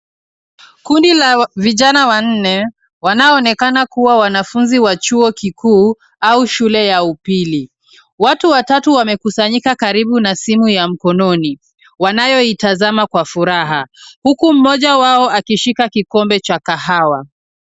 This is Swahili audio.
Kundi la vijana wanne wanaoonekana kuwa wanafunzi wa chuo kikuu au shule ya upili. Wote watatu wamekusanyika karibu na simu ya mkononi wanayoitazama kwa furaha. Huku mmoja wao akishika kikombe cha kahawa.